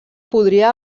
podria